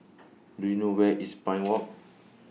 Do YOU know Where IS Pine Walk